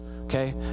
okay